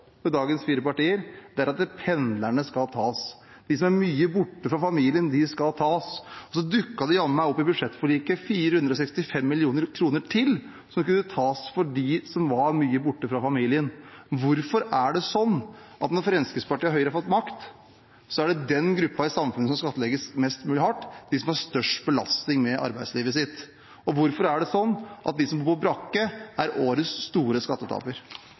med dagens fire partier. Det er at pendlerne skal tas – de som er mye borte fra familien, skal tas. Det dukket jammen meg i budsjettforliket opp 465 mill. kr til som kunne tas fra dem som er mye borte fra familien. Hvorfor er det sånn at når Fremskrittspartiet og Høyre har fått makt, er det den gruppen i samfunnet, de som har størst belastning i arbeidslivet sitt, som skattlegges hardest? Hvorfor er det sånn at de som bor i brakke, er årets store